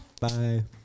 bye